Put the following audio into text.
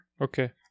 Okay